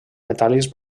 metàl·lics